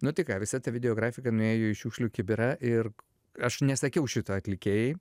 nu tai ką visa ta videografika nuėjo į šiukšlių kibirą ir aš nesakiau šito atlikėjai